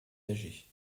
âgées